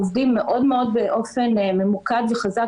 אנחנו עובדים באופן מאוד מאוד ממוקד וחזק